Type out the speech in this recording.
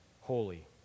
holy